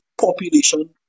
population